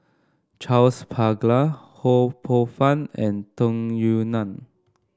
Charles Paglar Ho Poh Fun and Tung Yue Nang